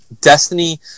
Destiny